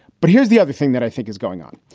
but here's the other thing that i think is going on.